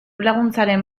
laguntzaren